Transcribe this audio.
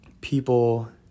people